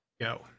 go